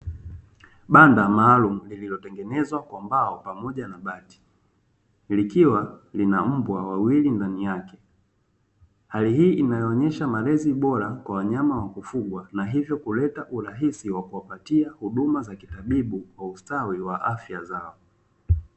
Banda maalumu lililotengenezwa kwa mbao pamoja na bati likiwa lina mbwa wawili ndani yake. hali hii inayoonyesha malezi bora kwa wanyama wa kufugwa na hivyo kuleta urahisi wa kuwapatia huduma za kitabibu kwa ustawi wa afya zao.